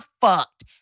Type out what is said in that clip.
fucked